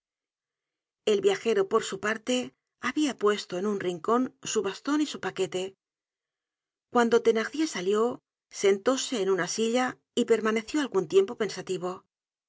el viajero por su parte habia puesto en un rincon su baston y su paquete cuando thenirdir salió sentóse en una silla y permaneció algun tiempo pensativo